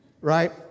right